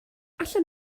allan